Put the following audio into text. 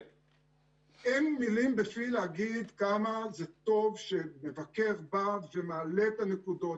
אין מילים בפי להגיד כמה זה טוב שמבקר בא ומעלה את הנקודות.